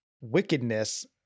wickedness